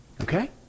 Okay